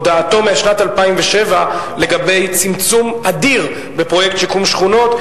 הודעתו משנת 2007 לגבי צמצום אדיר בפרויקט שיקום שכונות.